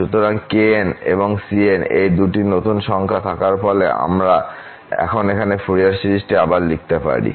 সুতরাং kn এবং cn এই দুটি নতুন সংখ্যা থাকার ফলে আমরা এখন এই ফুরিয়ার সিরিজটি আবার লিখতে পারি